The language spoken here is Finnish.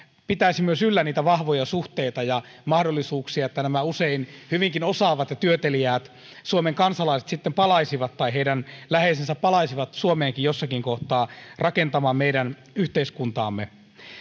pitäisi myös yllä niitä vahvoja suhteita ja mahdollisuuksia niin että nämä usein hyvinkin osaavat ja työteliäät suomen kansalaiset tai heidän läheisensä palaisivat suomeenkin jossakin kohtaa rakentamaan meidän yhteiskuntaamme